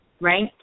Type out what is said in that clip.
right